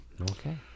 Okay